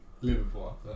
Liverpool